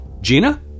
Gina